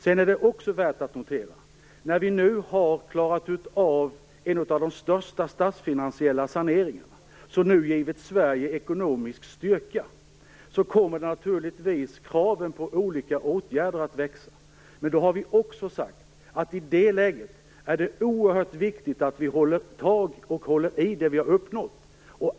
Det är också värt att notera att när vi nu har klarat en av de största statsfinansiella saneringarna, som har givit Sverige ekonomisk styrka, kommer naturligtvis kraven på olika åtgärder att växa. Men vi har också sagt att det i det läget är oerhört viktigt att vi håller fast vid det som vi har uppnått.